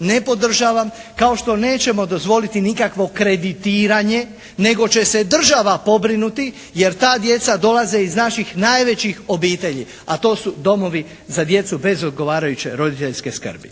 ne podržavam kao što nećemo dozvoliti nikakvo kreditiranje nego će se država pobrinuti jer ta djeca dolaze iz naših najvećih obitelji a to su domovi za djecu bez odgovarajuće roditeljske skrbi.